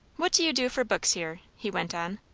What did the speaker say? what do you do for books here? he went on.